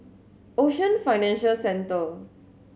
Ocean Financial Centre